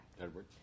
Edward